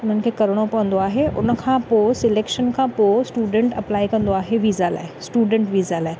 उन्हनि खे करिणो पवंदो आहे उन खां पोइ सिलैक्शन खां पोइ स्टूडेंट अपलाए कंदो आहे वीज़ा लाइ स्टूडेंट वीज़ा लाइ